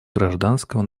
гражданского